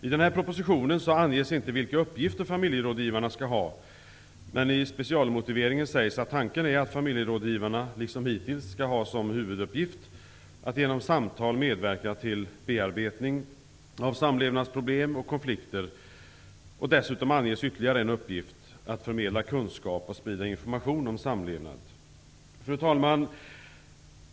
I propositionen anges inte vilka uppgifter familjerådgivarna skall ha, men i specialmotiveringen sägs att tanken är att familjerådgivarna liksom hittills skall ha som huvuduppgift att genom samtal medverka till bearbetning av samlevnadsproblem och konflikter. Dessutom anges ytterligare en uppgift: att förmedla kunskap och sprida information om samlevnad. Fru talman!